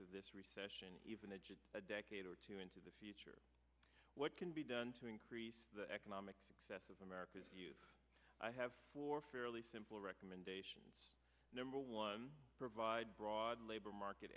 of this recession even a just a decade or two into the future what can be done to increase the economic success of america's youth i have four fairly simple recommendations number one provide broad labor market